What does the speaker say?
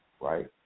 right